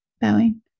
Bowing